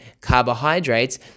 carbohydrates